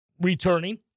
returning